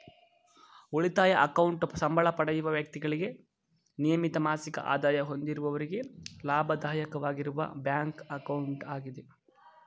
ಉಳಿತಾಯ ಅಕೌಂಟ್ ಸಂಬಳ ಪಡೆಯುವ ವ್ಯಕ್ತಿಗಳಿಗೆ ನಿಯಮಿತ ಮಾಸಿಕ ಆದಾಯ ಹೊಂದಿರುವವರಿಗೆ ಲಾಭದಾಯಕವಾಗಿರುವ ಬ್ಯಾಂಕ್ ಅಕೌಂಟ್ ಆಗಿದೆ